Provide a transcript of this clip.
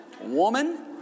Woman